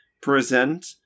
present